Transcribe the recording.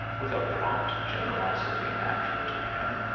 with a prompt generosity, natural to him,